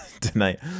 tonight